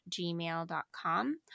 gmail.com